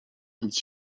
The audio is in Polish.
nic